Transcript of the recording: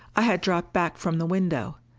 i had dropped back from the window.